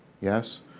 Yes